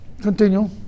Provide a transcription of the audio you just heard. Continue